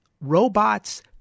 robots